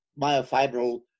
myofibril